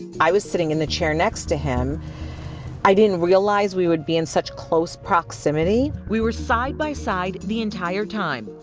i was sitting in the chair next to him and didn't realize we would be in such close proximity. we were side by side the entire time.